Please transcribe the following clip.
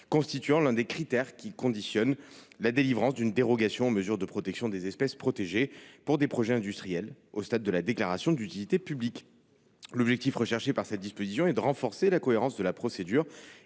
constituant l’un des critères conditionnant la délivrance d’une dérogation aux mesures de préservation des espèces protégées, pour des projets industriels, au stade de la déclaration d’utilité publique (DUP). L’objectif de cette disposition était de renforcer la cohérence de la procédure